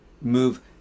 move